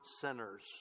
sinners